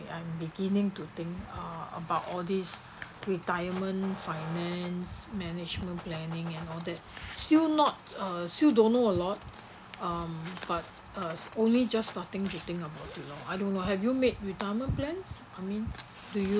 I'm beginning to think uh about all this retirement finance management planning and all that still not uh still don't know a lot um but uh only just starting to think about it now I don't know have you made retirement plans I mean do you